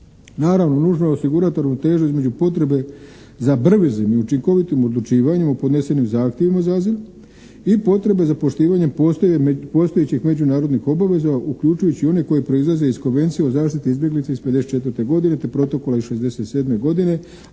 Naravno nužno je osigurati ravnotežu između potrebe za brzim i učinkovitim odlučivanjem o podnesenim zahtjevima za azil i potrebe za poštivanjem postojećih međunarodnih obaveza uključujući i one koje proizlaze iz Konvencije o zaštiti izbjeglica iz 54. godine te protokola iz 67. godine,